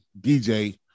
DJ